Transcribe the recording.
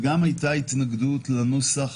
גם הייתה התנגדות לנוסח